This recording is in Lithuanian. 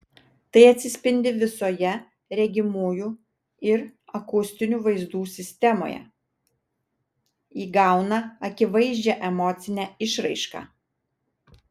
tai atsispindi visoje regimųjų ir akustinių vaizdų sistemoje įgauna akivaizdžią emocinę išraišką